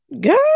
girl